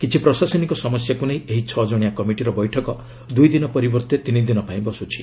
କିଛି ପ୍ରଶାସନିକ ସମସ୍ୟାକୁ ନେଇ ଏହି ଛଅଜଣିଆ କମିଟିର ବୈଠକ ଦୁଇ ଦିନ ପରିବର୍ତ୍ତେ ତିନି ଦିନପାଇଁ ବସୁଛି